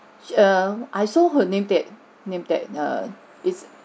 err I saw her name tag name tag err is